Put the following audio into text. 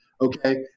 Okay